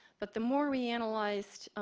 but the more we analyzed